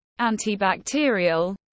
antibacterial